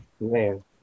Man